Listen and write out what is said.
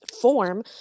form